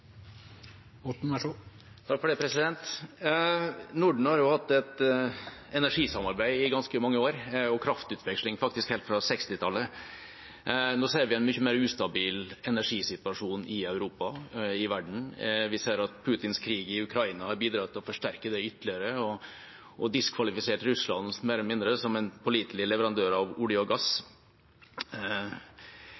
Norden har hatt et energisamarbeid i ganske mange år og kraftutveksling faktisk helt fra 1960-tallet. Nå ser vi en mye mer ustabil energisituasjon i Europa og verden. Vi ser at Putins krig i Ukraina bidrar til å forsterke det ytterligere og mer eller mindre har diskvalifisert Russland som en pålitelig leverandør av olje og gass.